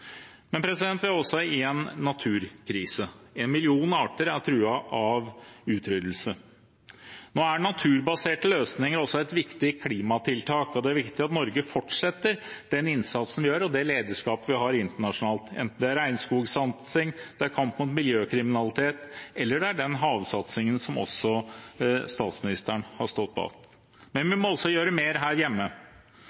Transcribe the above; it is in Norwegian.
vi er også i en naturkrise. Én million arter er truet av utryddelse. Nå er naturbaserte løsninger også et viktig klimatiltak, og det er viktig at Norge fortsetter den innsatsen vi gjør, og det lederskapet vi har internasjonalt – enten det er regnskogsatsing, kamp mot miljøkriminalitet eller det er den havsatsingen som også statsministeren har stått bak. Men vi